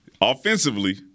Offensively